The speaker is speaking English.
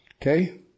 Okay